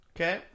Okay